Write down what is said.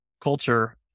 culture